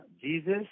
Jesus